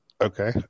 Okay